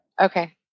Okay